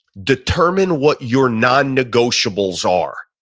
determine what your non negotiables are.